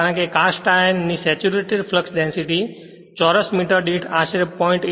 કારણ કે cast iron ની સેચુરેટેડ ફ્લક્ષ ડેંસીટી ચોરસ મીટર દીઠ આશરે 0